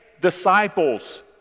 disciples